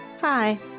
Hi